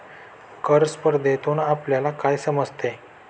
कर स्पर्धेतून आपल्याला काय समजते?